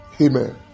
Amen